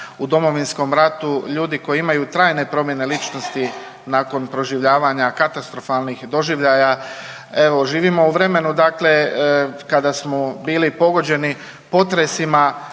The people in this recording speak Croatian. u Domovinskom ratu, ljudi koji imaju trajne promjene ličnosti nakon proživljavanja katastrofalnih doživljaja. Evo živimo u vremenu, dakle kada smo bili pogođeni potresima.